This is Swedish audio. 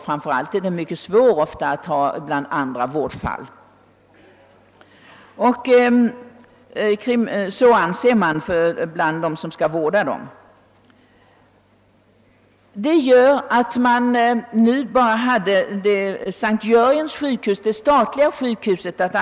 Framför allt är de svåra att ha bland andra vårdfall, anser de som skall vårda dem. Detta medförde att man bara hade det statliga S:t Jörgens sjukhus att överföra kriminalfall till.